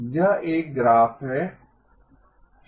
यह एक ग्राफ है